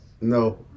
No